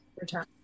return